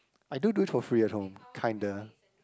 I do do it for free at home kinda